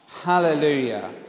Hallelujah